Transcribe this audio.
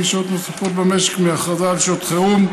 לשעות נוספות במשק מהכרזה על שעת חירום,